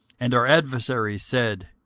and our adversaries said,